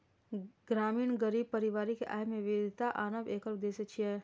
ग्रामीण गरीब परिवारक आय मे विविधता आनब एकर उद्देश्य छियै